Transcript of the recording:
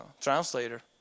translator